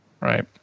right